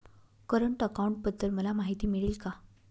Current अकाउंटबद्दल मला माहिती मिळेल का?